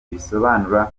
bivuga